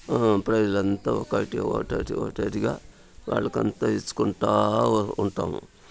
ప్రజలంతా ఒకటి ఒకటొకటి ఒకటొకటిగా వాళ్లకంత ఇచ్చుకుంటా ఉంటాము